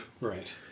Right